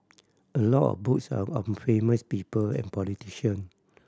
a lot of books are on famous people and politician